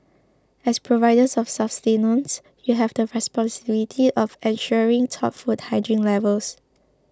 as providers of sustenance you have the responsibility of ensuring top food hygiene levels